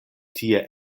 tie